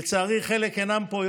לצערי, חלק אינם פה.